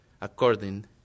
according